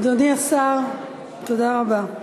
אדוני השר, תודה רבה.